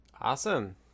Awesome